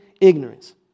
ignorance